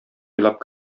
уйлап